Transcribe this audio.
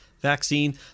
vaccine